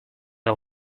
all